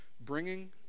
bringing